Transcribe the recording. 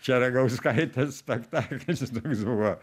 čia ragauskaitės spektaklis toks buvo